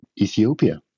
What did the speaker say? Ethiopia